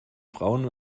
frauen